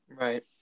Right